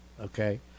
okay